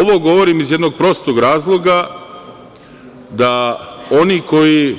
Ovo govorim iz jednog prostog razloga, da oni koji